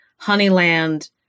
Honeyland